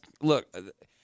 look